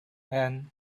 and